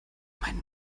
meinen